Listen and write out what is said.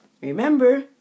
Remember